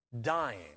dying